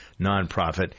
nonprofit